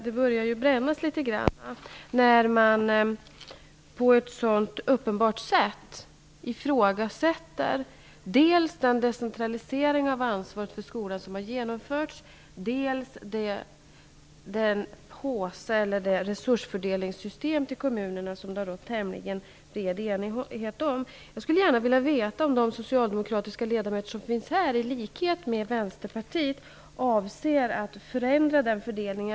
Det börjar ju brännas litet grand när man på ett sådant uppenbart sätt ifrågasätter dels den decentralisering av ansvaret för skolan som har genomförts, dels den påse, eller det resursfördelningssystem, till kommunerna som det rått en tämligen bred enighet om. Jag skulle gärna vilja veta om de socialdemokratiska ledamöter som finns här i kammaren i likhet med Vänsterpartiet avser att förändra fördelningen.